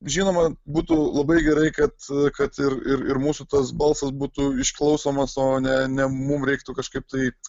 žinoma būtų labai gerai kad kad ir ir ir mūsų tas balsas būtų išklausomas o ne ne mum reiktų kažkaip taip